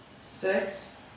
six